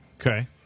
Okay